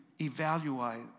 evaluate